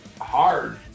hard